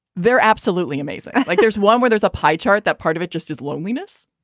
they're absolutely amazing. like there's one where there's a pie chart that part of it just is loneliness.